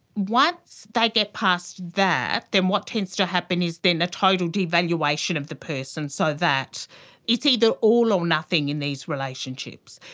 once they get past that, then what tends to happen is then a total devaluation of the person, so that it's either all or nothing in these relationships.